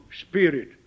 spirit